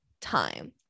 time